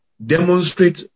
Demonstrate